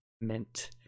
Mint